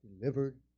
delivered